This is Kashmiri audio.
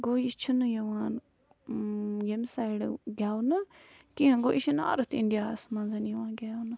گوٚو یہِ چھِنہٕ یِوان ییٚمہِ سایڈٕ گٮ۪ونہٕ کیٚنٛہہ گوٚو یہِ چھِ نارٕتھ اِنٛڈیاہَس منٛز یِوان گٮ۪ونہٕ